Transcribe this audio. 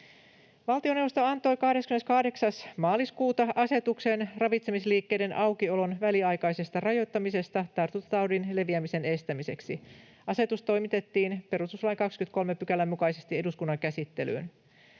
Valtioneuvosto antoi 28. maaliskuuta asetuksen ravitsemisliikkeiden aukiolon väliaikaisesta rajoittamisesta tartuntataudin leviämisen estämiseksi. Asetus toimitettiin perustuslain 23 §:n mukaisesti eduskunnan käsittelyyn.